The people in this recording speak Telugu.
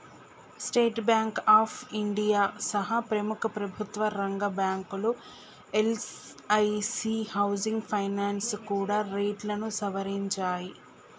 స్టేట్ బాంక్ ఆఫ్ ఇండియా సహా ప్రముఖ ప్రభుత్వరంగ బ్యాంకులు, ఎల్ఐసీ హౌసింగ్ ఫైనాన్స్ కూడా రేట్లను సవరించాయి